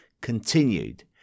continued